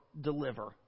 deliver